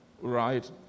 right